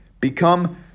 Become